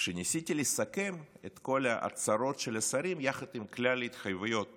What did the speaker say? כשניסיתי לסכם את כל ההצהרות של השרים יחד עם כלל ההתחייבויות